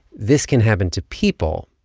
this can happen to people,